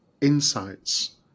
insights